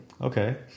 Okay